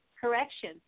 correction